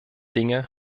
dinge